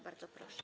Bardzo proszę.